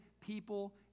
people